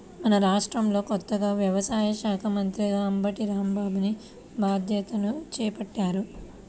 మన రాష్ట్రంలో కొత్తగా వ్యవసాయ శాఖా మంత్రిగా అంబటి రాంబాబుని బాధ్యతలను చేపట్టారు